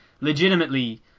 legitimately